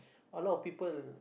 a lot of people